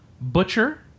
Butcher